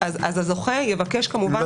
אז הזוכה יבקש כמובן לממש.